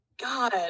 God